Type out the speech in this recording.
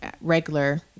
regular